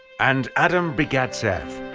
and adam begat seth,